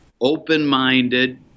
open-minded